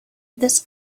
this